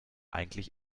eigentlich